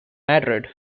madrid